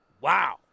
Wow